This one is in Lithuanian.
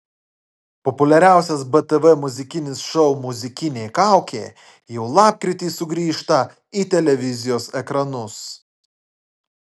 populiariausias btv muzikinis šou muzikinė kaukė jau lapkritį sugrįžta į televizijos ekranus